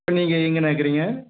இப்போ நீங்கள் எங்கேண்ணா இருக்கிறீங்க